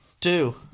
Two